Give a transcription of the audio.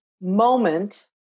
moment